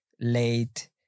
late